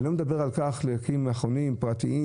אני לא מדבר על הקמת מכונים פרטיים,